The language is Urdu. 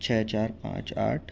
چھ چار پانچ آٹھ